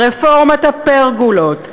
רפורמת הפרגולות,